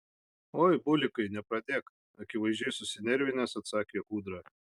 oi bulikai nepradėk akivaizdžiai susinervinęs atsakė ūdra